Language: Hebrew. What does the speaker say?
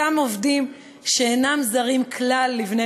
אותם עובדים שאינם זרים כלל לבני